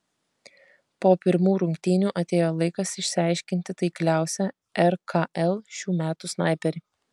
po pirmų rungtynių atėjo laikas išsiaiškinti taikliausią rkl šių metų snaiperį